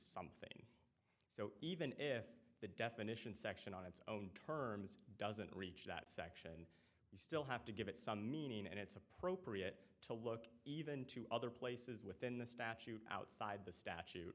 something so even if the definition section on its own terms doesn't reach that section you still have to give it some meaning and it's appropriate to look even to other places within the statute outside the statu